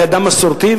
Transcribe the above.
אני אדם מסורתי,